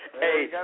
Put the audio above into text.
Hey